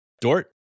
Dort